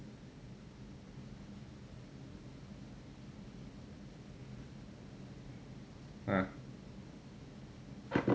yeah